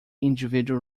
individual